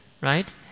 right